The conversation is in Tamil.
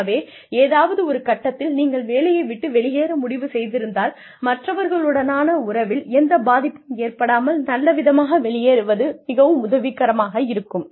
ஆகவே ஏதாவது ஒரு கட்டத்தில் நீங்கள் வேலையை விட்டு வெளியேற முடிவு செய்திருந்தால் மற்றவர்களுடனான உறவில் எந்த பாதிப்பும் ஏற்படாமல் நல்ல விதமாக வெளியேறுவது மிகவும் உதவிக்கரமாக இருக்கும்